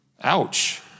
Ouch